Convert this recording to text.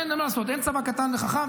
אין מה לעשות, אין צבא קטן וחכם.